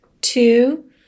two